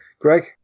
Greg